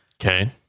Okay